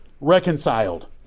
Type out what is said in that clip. reconciled